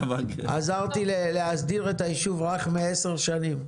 עזרתי להסדיר את הישוב רח'מה עשר שנים.